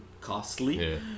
costly